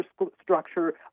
infrastructure